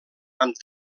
amb